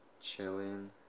chilling